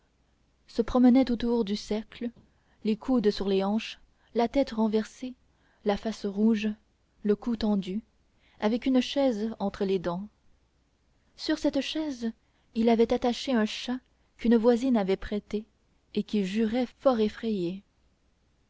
se promenait autour du cercle les coudes sur les hanches la tête renversée la face rouge le cou tendu avec une chaise entre les dents sur cette chaise il avait attaché un chat qu'une voisine avait prêté et qui jurait fort effrayé